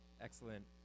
Excellent